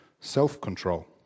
self-control